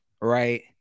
right